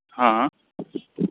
हँ हँ